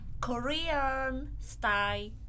Korean-style